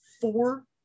four